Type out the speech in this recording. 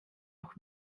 auch